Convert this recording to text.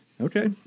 Okay